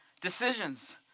Decisions